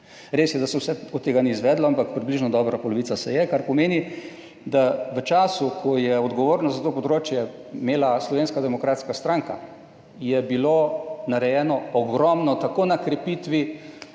Res je, da se vse od tega ni izvedlo, ampak približno dobra polovica se je, kar pomeni, da v času, ko je odgovornost za to področje imela Slovenska demokratska stranka, je bilo narejeno ogromno, tako na krepitvi